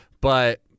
But-